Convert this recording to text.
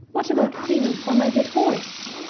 what about payment for my dead horse?